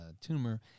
tumor